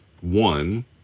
one